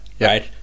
Right